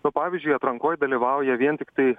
nu pavyzdžiui atrankoj dalyvauja vien tik tai